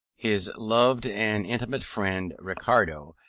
his loved and intimate friend, ricardo,